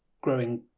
growing